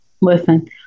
Listen